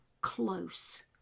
close